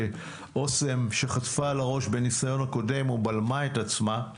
אוסם, שחטפה על הראש בניסיון הקודם ובלמה את עצמה,